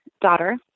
daughter